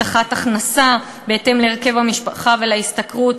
הבטחת הכנסה, בהתאם להרכב המשפחה ולהשתכרות,